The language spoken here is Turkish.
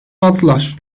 aldılar